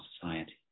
society